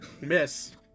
Miss